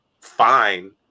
fine